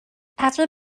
after